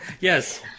yes